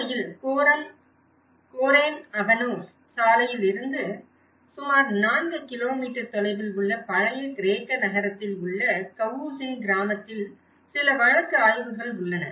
உண்மையில் Goreme Avanos சாலையில் இருந்து சுமார் 4 கிலோமீட்டர் தொலைவில் உள்ள பழைய கிரேக்க நகரத்தில் உள்ள கவூசின் கிராமத்தில் சில வழக்கு ஆய்வுகள் உள்ளன